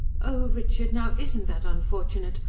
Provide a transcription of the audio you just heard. oh, richard, now isn't that unfortunate?